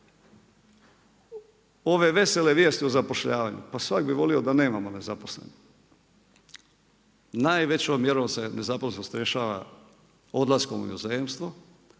ove vesele vijesti o zapošljavanju. Pa svatko bi volio da nemamo nezaposlenih. Najvećom mjerom se nezaposlenost rješava odlaskom u inozemstvo